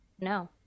No